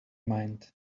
mind